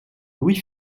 louis